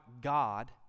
God